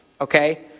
Okay